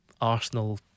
Arsenal